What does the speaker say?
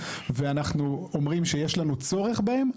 ואנחנו אומרים שיש לנו צורך בהם,